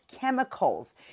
chemicals